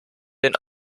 den